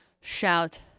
shout